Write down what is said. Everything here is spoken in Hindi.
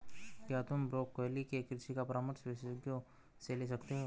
क्या तुम ब्रोकोली के कृषि का परामर्श विशेषज्ञों से ले सकते हो?